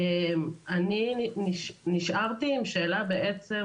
אני נשארתי עם שאלה בעצם